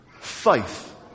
faith